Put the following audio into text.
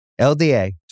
LDA